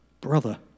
brother